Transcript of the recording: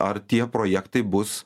ar tie projektai bus